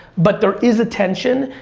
but there is attention,